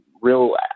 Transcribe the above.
real